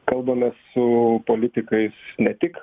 kalbame su politikais ne tik